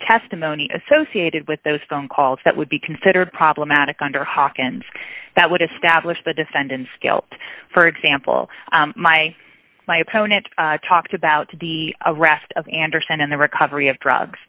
testimony associated with those phone calls that would be considered problematic under hawkins that would establish the defendant's guilt for example my my opponent talked about the arrest of andersen and the recovery of drugs